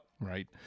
Right